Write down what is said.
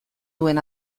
duen